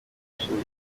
imyanzuro